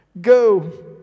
Go